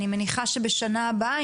אני מניחה שבשנה הבאה,